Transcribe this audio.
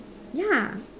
ya